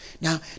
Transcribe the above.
Now